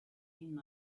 him